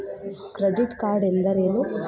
Credit card ಎಂದರೇನು?